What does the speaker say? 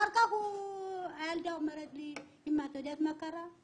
אחר כך הילדה אומרת לי, אימא, את יודעת מה קרה?